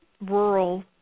rural